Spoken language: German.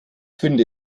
finde